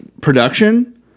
production